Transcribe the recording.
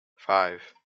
five